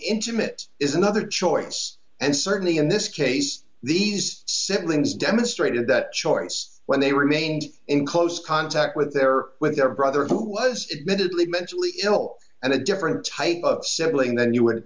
intimate is another choice and certainly in this case these siblings demonstrated that choice when they remained in close contact with their with their brother who was it minutely mentally ill and a different type of settling then you